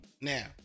Now